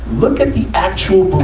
look at the actual